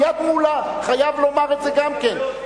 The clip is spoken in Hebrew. מייד מולה חייב לומר את זה גם כן,